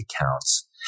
accounts